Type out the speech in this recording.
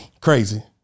Crazy